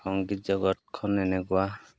সংগীত জগতখন এনেকুৱা